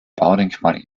baudenkmal